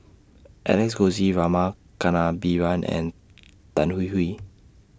Alex Josey Rama Kannabiran and Tan Hwee Hwee